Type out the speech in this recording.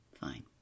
fine